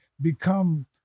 become